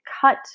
cut